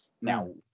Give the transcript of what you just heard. Now